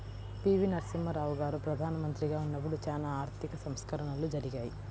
పి.వి.నరసింహారావు గారు ప్రదానమంత్రిగా ఉన్నపుడు చానా ఆర్థిక సంస్కరణలు జరిగాయి